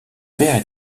père